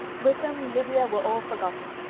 wickham, lydia, were all forgotten.